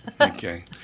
Okay